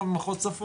בבקשה, שלוש דקות.